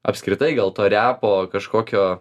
apskritai gal to repo kažkokio